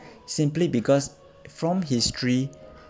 simply because from history